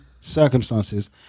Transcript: circumstances